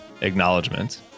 Acknowledgement